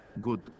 good